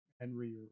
Henry